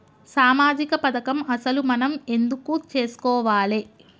సామాజిక పథకం అసలు మనం ఎందుకు చేస్కోవాలే?